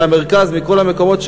מהמרכז ומכל המקומות,